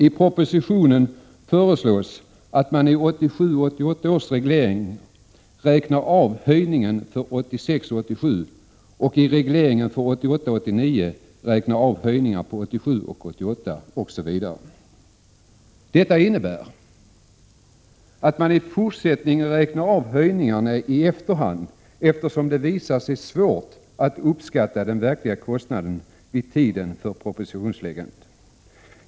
I propositionen föreslås att man i 1987 87 och i regleringen för 1988 88 osv. Detta innebär att man i fortsättningen räknar av höjningarna i efterhand, eftersom det visat sig svårt att uppskatta den verkliga kostnaden vid tiden för propositionsläggandet.